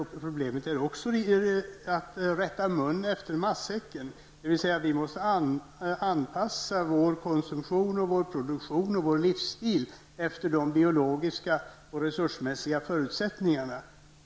Det gäller också att rätta mun efter matsäcken, dvs. vi måste anpassa vår konsumtion, produktion och livsstil efter de biologiska och resursmässiga förutsättningarna.